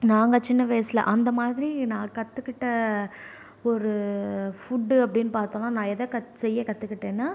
நாங்கள் சின்ன வயதுல அந்தமாதிரி நான் கற்றுகிட்ட ஒரு ஃபுட் அப்படின்னு பார்த்தோனா நான் எதை கத் செய்ய கத்துக்கிட்டேன்னா